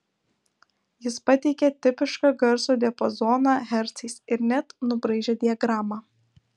jis pateikė tipišką garso diapazoną hercais ir net nubraižė diagramą